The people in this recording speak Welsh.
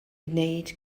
gwneud